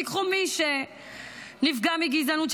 קחו מי שנפגע מגזענות,